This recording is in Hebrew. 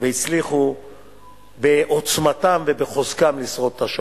והצליחו בעוצמתם ובחוזקם לשרוד את השואה.